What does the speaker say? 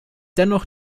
dennoch